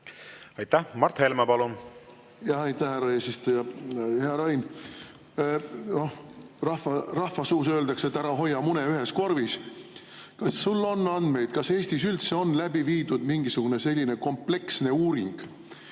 Aitäh, härra eesistuja! Hea Rain! Rahvasuus öeldakse, et ära hoia mune ühes korvis. Kas sul on andmeid, kas Eestis üldse on läbi viidud mingisugune selline kompleksne uuring,